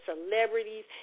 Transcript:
celebrities